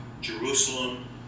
Jerusalem